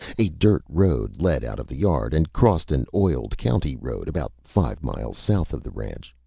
a dirt road led out of the yard and crossed an oiled county road about five miles south of the ranch.